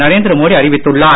நரேந்திர மோடி அறிவித்துள்ளார்